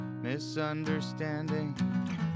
Misunderstanding